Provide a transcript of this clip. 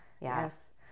Yes